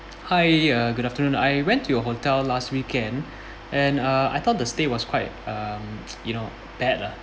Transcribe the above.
hi uh good afternoon I went to your hotel last weekend and uh I thought the stay was quite um you know bad uh